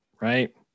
Right